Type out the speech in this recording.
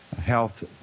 health